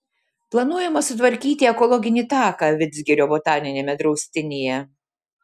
planuojama sutvarkyti ekologinį taką vidzgirio botaniniame draustinyje